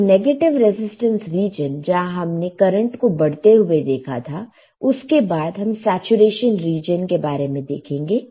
तो negative resistance region जहां हमने करंट को बढ़ते हुए देखा था उसके बाद हम सैचुरेशन रीजन के बारे में देखेंगे